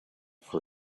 for